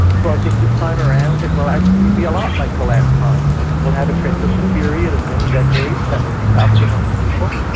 so i think this time around it will actually be a lot like the last time. we will have a transition period of many decades, that will be tough for many people.